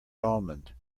almond